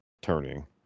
turning